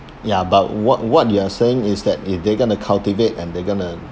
ya but what what you are saying is that if they're gonna cultivate and they're gonna